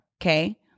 Okay